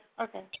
Okay